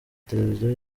televiziyo